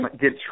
get